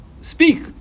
speak